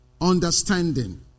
Understanding